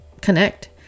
connect